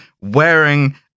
wearing